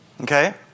Okay